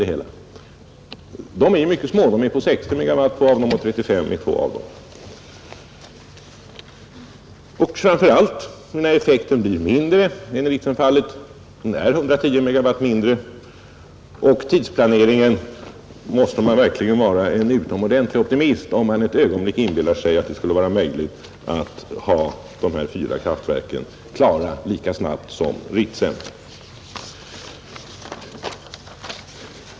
De nya kraftverken är mycket små — två av dem är på 60 megawatt och två är på 35 megawatt, vilket ger en dålig ekonomi. Dessutom blir den sammanlagda effekten för liten — i Ritsemstationen är den 110 megawatt större. Vad tidsplaneringen beträffar måste man verkligen vara en utomordentligt stor optimist för att ett ögonblick inbilla sig att det skulle vara möjligt att få de här fyra kraftverken klara lika snabbt som en utbyggnad av Ritsem.